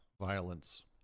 violence